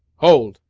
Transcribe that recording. hold!